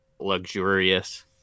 luxurious